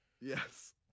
yes